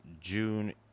June